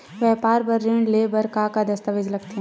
व्यापार बर ऋण ले बर का का दस्तावेज लगथे?